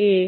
है